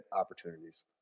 opportunities